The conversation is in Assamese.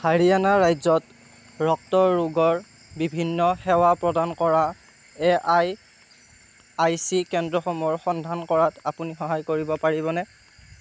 হাৰিয়ানা ৰাজ্যত ৰক্তৰোগৰ বিভিন্ন সেৱা প্ৰদান কৰা এ আই আই চি কেন্দ্ৰসমূহৰ সন্ধান কৰাত আপুনি সহায় কৰিব পাৰিবনে